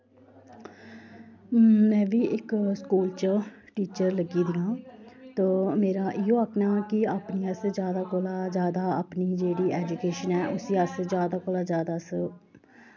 में बी इक स्कूल च टीचर लग्गी दी आं तो मेरा इ'यै आखना कि अपनी असें जैदा कोला जैदा अपनी जेह्ड़ी ऐजुकेशन ऐ उस्सी जैदा कोला जैदा अस